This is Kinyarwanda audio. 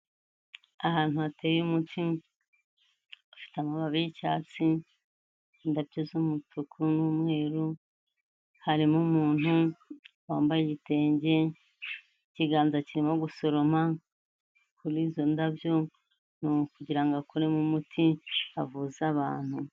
Ahantu hateye umuti, ufite amababi y'icyatsi, indabyo z'umutuku n'umweru, harimo umuntu wambaye igitenge, ikiganza kirimo gusoroma kuri izo ndabyo, ni ukugira ngo akuremo umuti avuza abantu.